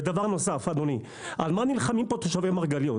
ודבר נוסף אדוני, על מה נלחמים פה תושבי מרגליות?